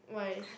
why